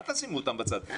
אל תשימו אותם בצד.